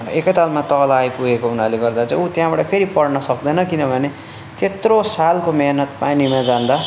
एकैतालमा तल आइपुगेको हुनाले गर्दा चाहिँ ऊ त्यहाँबाट फेरि पढन सक्दैन किनभने त्यत्रो सालको मेहनत पानीमा जाँदा